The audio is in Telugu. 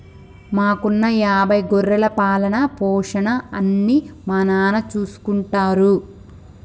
మాకున్న యాభై గొర్రెల పాలన, పోషణ అన్నీ మా నాన్న చూసుకుంటారు